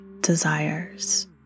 desires